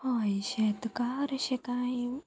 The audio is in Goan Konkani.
हय शेतकार अशें कांय